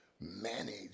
manage